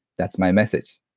that's my message.